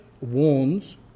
warns